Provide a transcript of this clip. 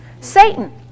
Satan